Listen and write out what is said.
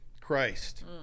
Christ